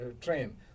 Train